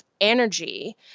energy